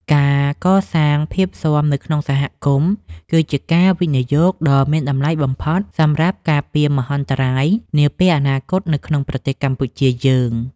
ការកសាងភាពស៊ាំនៅក្នុងសហគមន៍ គឺជាការវិនិយោគដ៏មានតម្លៃបំផុតសម្រាប់ការពារមហន្តរាយនាពេលអនាគតនៅក្នុងប្រទេសកម្ពុជាយើង។